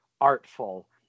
artful